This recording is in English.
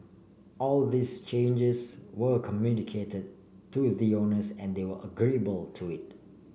all these changes were communicated to the owners and they were agreeable to it